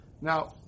Now